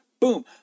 Boom